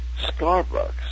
Starbucks